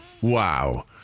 Wow